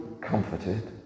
comforted